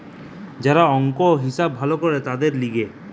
যারা অংক, হিসাব ভালো করে তাদের লিগে